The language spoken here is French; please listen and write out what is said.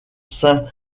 saint